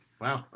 Wow